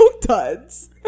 Duds